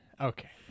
Okay